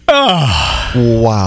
Wow